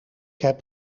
heb